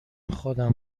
خودم